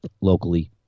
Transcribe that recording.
locally